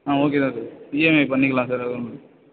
ஆ okay தான் sir EMI பண்ணிக்கலாம் sir அது ஒன்றும்